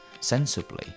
sensibly